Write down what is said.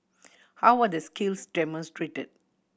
how are the skills demonstrated